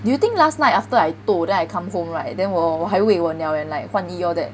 do you think last night after I toh then I come home right then 我我还喂我鸟 and like 换衣 all that